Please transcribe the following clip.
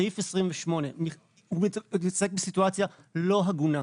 סעיף 28 הוא מתעסק בסיטואציה לא הגונה,